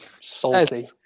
salty